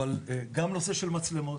אבל גם הנושא של מצלמות